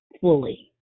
fully